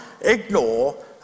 ignore